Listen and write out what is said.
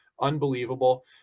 Unbelievable